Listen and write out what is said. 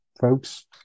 folks